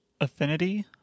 affinity